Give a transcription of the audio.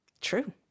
True